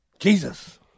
Jesus